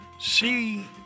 See